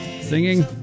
singing